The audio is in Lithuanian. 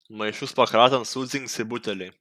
maišus pakratant sudzingsi buteliai